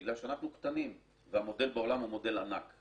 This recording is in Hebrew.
בגלל שאנחנו קטנים והמודל בעולם הוא מודל ענק,